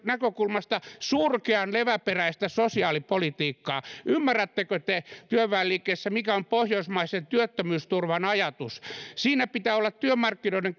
näkökulmasta aivan surkean leväperäistä sosiaalipolitiikkaa ymmärrättekö te työväenliikkeessä mikä on pohjoismaisen työttömyysturvan ajatus siinä pitää olla työmarkkinoiden